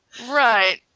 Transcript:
Right